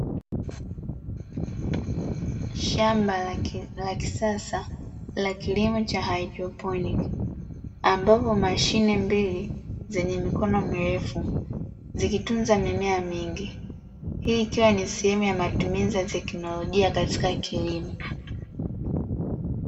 Shamba la kisasa la kilimo cha haidroponi, ambapo mashine mbili zenye mikono mirefu zikitunza mimea mingi, hii ikiwa ni sehemu ya matumizi ya teknolojia katika kilimo.